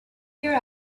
here